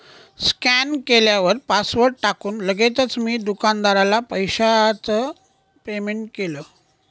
scan केल्यावर password टाकून लगेचच मी दुकानदाराला पैशाचं पेमेंट केलं